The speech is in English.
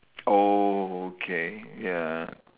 oh okay ya